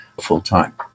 full-time